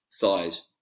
thighs